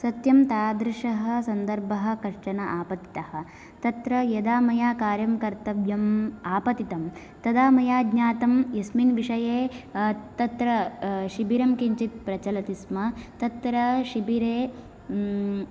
सत्यं तादृशः सन्दर्भः कश्चन आपतितः तत्र यदा मया कार्यं कर्तव्यम् आपतितं तदा मया ज्ञातम् यस्मिन् विषये तत्र शिबिरं किञ्चित् प्रचलति स्म तत्र शिबिरे